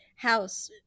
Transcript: house